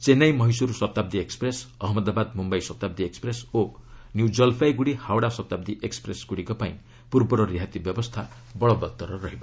Chennai Mysore Shatabdi express Ahmedabad Mumbai Shatabdi express ଓ New Jalpaiguri Howrah Shatabdi express ଗୁଡ଼ିକ ପାଇଁ ପୂର୍ବର ରିହାତି ବ୍ୟବସ୍ଥା ବଳବତ୍ତର ରହିବ